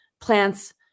plants